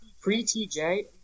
Pre-TJ